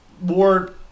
more